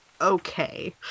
Okay